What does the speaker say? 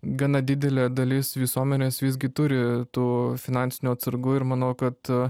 gana didelė dalis visuomenės visgi turi tų finansinių atsargų ir manau kad